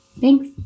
Thanks